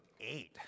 eight